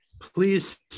Please